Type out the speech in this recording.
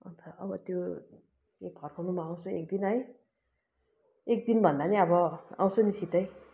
अन्त अब त्यो त्यो फर्काउनु म आउँछु एक दिन है एक दिन भन्दा पनि अब आउँछु नि छिट्टै